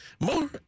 More